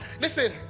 Listen